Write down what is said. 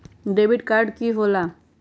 Debit card की होला?